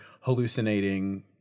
hallucinating